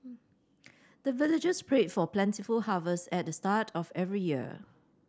the villagers pray for plentiful harvest at the start of every year